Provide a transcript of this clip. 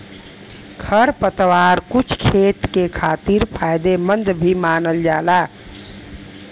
खरपतवार कुछ खेत के खातिर फायदेमंद भी मानल जाला